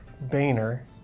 Boehner